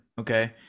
okay